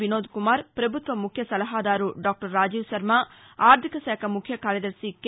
వినోద్కుమార్ ప్రభుత్వముఖ్య సలహాదారు డాక్టర్ రాజీవ్శర్మ ఆర్దికశాఖ ముఖ్య కార్యదర్శి కె